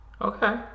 Okay